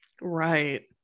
Right